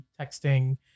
texting